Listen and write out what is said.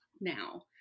now